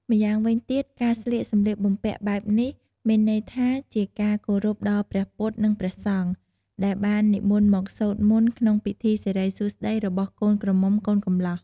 ម្យ៉ាងវិញទៀត ការស្លៀកសម្លៀកបំពាក់បែបនេះមានន័យថា ជាការគោរពដល់ព្រះពុទ្ធ និងព្រះសង្ឃ ដែលបាននិមន្តមកសូត្រមន្តក្នុងពិធីសិរីសួស្តីរបស់កូនក្រមុំកូនកម្លោះ។